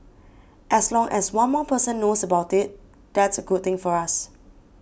as long as one more person knows about it that's a good thing for us